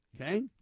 Okay